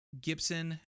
Gibson